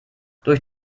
durch